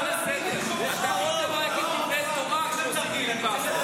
הצעה לסדר: אתה יכול גם להגיד דברי תורה כשעושים פיליבסטר.